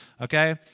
Okay